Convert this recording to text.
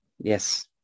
yes